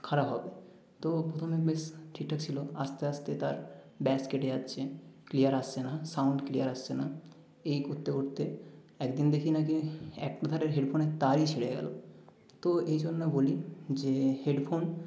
খারাপ হবে তো প্রথমে বেশ ঠিক ঠাক ছিলো আস্তে আস্তে তার ব্যাস কেটে যাচ্ছে ক্লিয়ার আসছে না সাউন্ড ক্লিয়ার আসছে না এই করতে করতে একদিন দেখি না কি এক ধারের হেডফোনের তারই ছিঁড়ে গেলো তো এই জন্য বলি যে হেডফোন